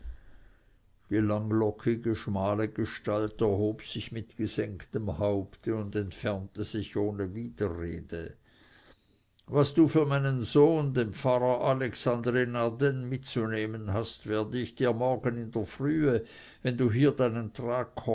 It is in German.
die langlockige schmale gestalt erhob sich mit gesenktem haupte und entfernte sich ohne widerrede was du für meinen sohn den pfarrer alexander in ardenn mitzunehmen hast werd ich dir morgen in der frühe wenn du hier deinen